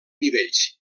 nivells